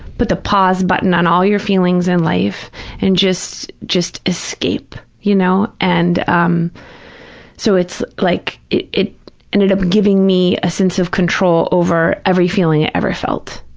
put the pause button on all your feelings in life and just just escape, you know. and um so, it's like it it ended up giving me a sense of control over every feeling i ever felt,